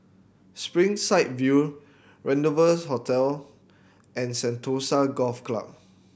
Springside View Rendezvous Hotel and Sentosa Golf Club